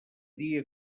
dia